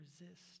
resist